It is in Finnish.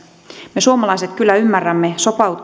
me suomalaiset kyllä ymmärrämme